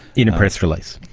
in a press release.